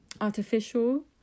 artificial